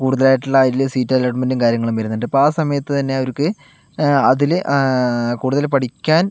കൂടുതലായിട്ടുള്ള അതിൽ സീറ്റ് അലോട്ട്മെന്റും കാര്യങ്ങളും വരുന്നുണ്ട് അപ്പോൾ ആ സമയത്തു തന്നെ അവർക്ക് അതിൽ കൂടുതൽ പഠിയ്ക്കാൻ